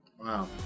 Wow